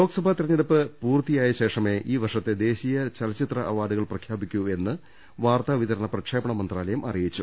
ലോക്സഭാ തിരഞ്ഞെടുപ്പ് പൂർത്തിയായശേഷമെ ഈ വർഷത്തെ ദേശീയ ചലച്ചിത്ര അവാർഡുകൾ പ്രഖ്യാപിക്കൂവെന്ന് വാർത്താവിതരണ പ്രക്ഷേപണ മന്ത്രാലയം അറിയിച്ചു